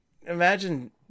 imagine